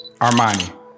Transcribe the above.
Armani